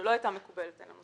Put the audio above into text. שלא הייתה מקובלת עלינו.